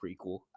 prequel